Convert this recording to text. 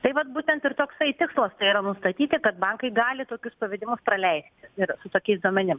tai vat būtent ir toksai tikslas tai yra nustatyti kad bankai gali tokius pavedimus praleisti ir su tokiais duomenim